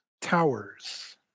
towers